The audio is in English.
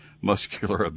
muscular